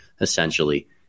essentially